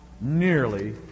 nearly